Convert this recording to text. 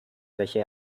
welcher